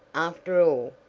after all,